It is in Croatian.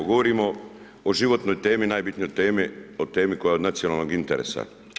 Govorimo o životnoj temi, najbitnijoj temi, o temi koja je od nacionalnog interesa.